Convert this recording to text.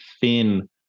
thin